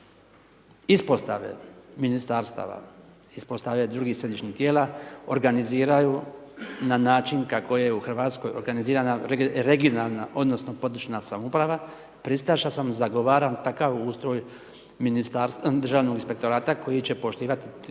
ispostave Ministarstava ispostavljaju drugih središnjih tijela organiziraju kako je u RH organizirana regionalna odnosno područna samouprava, pristaša sam, zagovaram takav ustroj Državnog inspektorata koji će poštivati